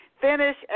Finish